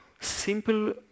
simple